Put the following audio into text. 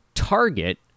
target